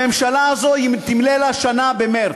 הממשלה הזאת תמלא לה שנה במרס,